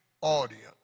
audience